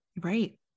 Right